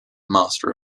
master